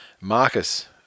Marcus